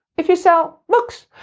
if you sell books,